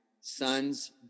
son's